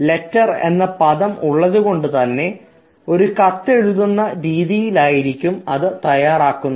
letter എന്ന പദം ഉള്ളതുകൊണ്ട് തന്നെ ഇത് ഒരു കത്തെഴുതുന്ന രീതിയിൽ ആയിരിക്കും തയ്യാറാക്കുന്നത്